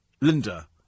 Linda